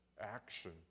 action